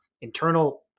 internal